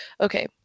Okay